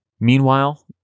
Meanwhile